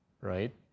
right